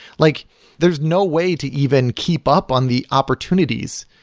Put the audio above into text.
like there's no way to even keep up on the opportunities.